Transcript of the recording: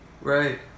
Right